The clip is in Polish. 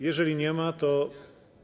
Jeżeli nie ma, to.